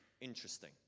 interesting